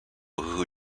who